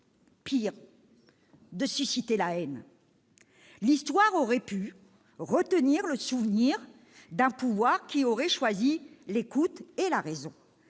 pire, de susciter la haine ! L'Histoire aurait pu retenir le souvenir d'un pouvoir qui aurait choisi l'écoute et la raison.